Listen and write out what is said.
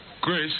Grace